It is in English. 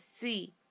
see